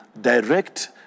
direct